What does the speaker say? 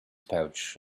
pouch